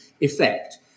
effect